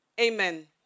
Amen